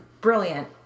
Brilliant